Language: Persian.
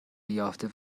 یافته